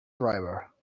driver